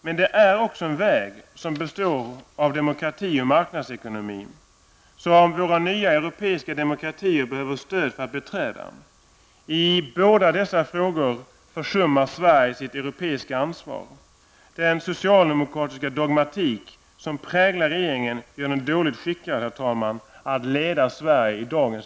Men det är också en väg som består av demokrati och marknadsekonomi, som våra nya europeiska demokratier behöver stöd för att beträda. I båda dessa frågor försummar Sverige sitt europeiska ansvar. Den socialdemokratiska dogmatik som präglar regeringen gör den dåligt skickad, herr talman, att leda Sverige i dagens